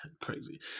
crazy